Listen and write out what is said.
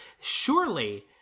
surely